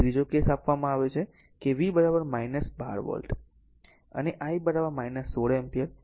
હવે ત્રીજો કેસ આપવામાં આવ્યો છે કે v 12 વોલ્ટ અને I 16 એમ્પીયર